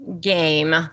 game